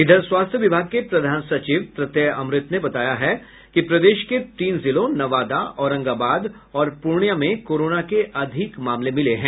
इधर स्वास्थ्य विभाग के प्रधान सचिव प्रत्यय अमृत ने बताया है कि प्रदेश के तीन जिलों नवादा औरंगाबाद और पूर्णियां में कोरोना के अधिक मामले मिले हैं